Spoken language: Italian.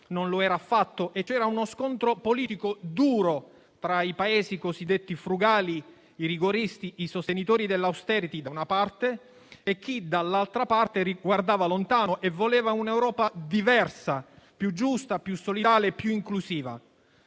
non lo era affatto. C'era uno scontro politico duro tra i Paesi cosiddetti frugali, i rigoristi, i sostenitori dell'*austerity* da una parte e chi, dall'altra parte, guardava lontano e voleva un'Europa diversa, più giusta, più solidale, più inclusiva.